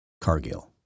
Cargill